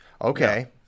Okay